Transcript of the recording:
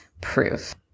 proof